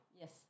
Yes